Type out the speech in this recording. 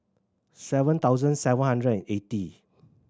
seven thousand seven hundred and eighty